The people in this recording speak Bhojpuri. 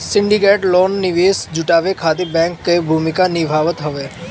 सिंडिकेटेड लोन निवेश जुटावे खातिर बैंक कअ भूमिका निभावत हवे